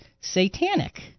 satanic